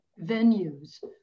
venues